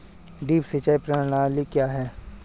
Drip सिंचाई प्रणाली क्या है?